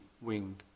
wing